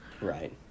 Right